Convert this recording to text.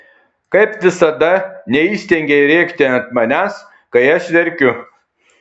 kaip visada neįstengei rėkti ant manęs kai aš verkiu